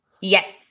Yes